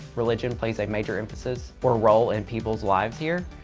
religion plays a major emphasis or role in people's lives here.